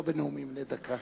לא בנאומים בני דקה.